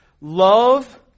love